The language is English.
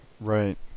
Right